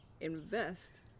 invest